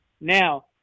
Now